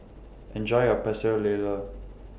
Enjoy your Pecel Lele